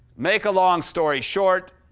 make a long story short,